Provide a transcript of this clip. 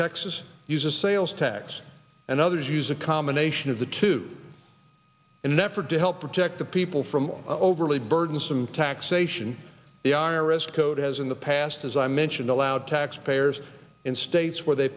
texas use a sales tax and others use a combination of the two in an effort to help protect the people from overly burdensome taxation the i r s code has in the past as i mentioned allowed tax payers in states where they